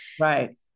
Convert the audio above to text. Right